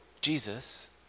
Jesus